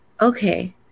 okay